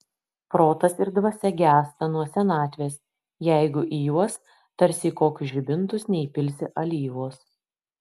protas ir dvasia gęsta nuo senatvės jeigu į juos tarsi į kokius žibintus neįpilsi alyvos